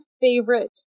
favorite